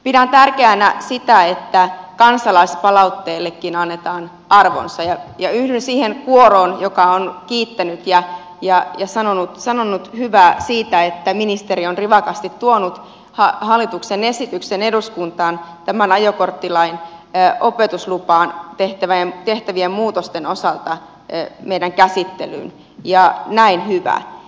pidän tärkeänä sitä että kansalaispalautteellekin annetaan arvonsa ja yhdyn siihen kuoroon joka on kiittänyt ja sanonut hyvää siitä että ministeri on rivakasti tuonut hallituksen esityksen tämän ajokorttilain opetuslupaan tehtävien muutosten osalta eduskuntaan meidän käsittelyymme ja näin on hyvä